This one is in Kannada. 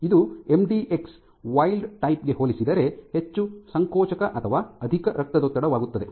ಇದು ಎಂಡಿಎಕ್ಸ್ನ ವೈಲ್ಡ್ ಟೈಪ್ ಗೆ ಹೋಲಿಸಿದರೆ ಹೆಚ್ಚು ಸಂಕೋಚಕ ಅಥವಾ ಅಧಿಕ ರಕ್ತದೊತ್ತಡವಾಗುತ್ತದೆ